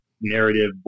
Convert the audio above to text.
narrative